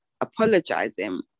apologizing